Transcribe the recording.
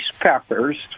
peppers